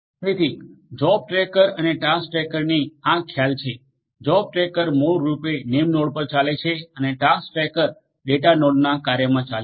તેથી job tracker અને task ટ્રેકરની આ ખ્યાલ છે જોબ ટ્રેકર મૂળ રૂપે નેમનાોડ પર ચાલે છે અને ટાસ્ક ટ્રેકર ડેટાનોડના કાર્યમાં ચાલે છે